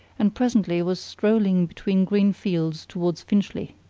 and presently was strolling between green fields towards finchley.